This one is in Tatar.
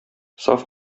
саф